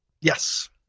Yes